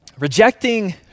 Rejecting